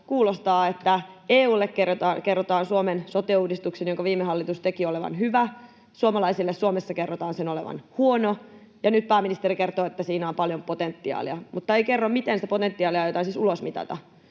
kuulostaa, että EU:lle kerrotaan Suomen sote-uudistuksen, jonka viime hallitus teki, olevan hyvä, suomalaisille Suomessa kerrotaan sen olevan huono, ja nyt pääministeri kertoo, että siinä on paljon potentiaalia mutta ei kerro, miten sitä potentiaalia aiotaan ulosmitata.